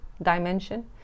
Dimension